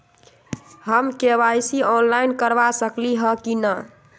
हम KYC online करवा सकली ह कि न?